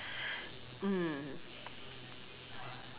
mm